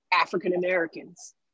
African-Americans